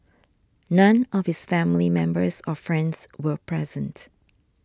none of his family members or friends were present